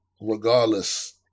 regardless